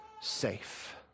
safe